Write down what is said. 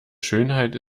schönheit